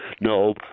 No